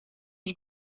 już